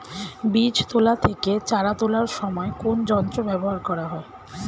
বীজ তোলা থেকে চারা তোলার সময় কোন যন্ত্র ব্যবহার করা হয়?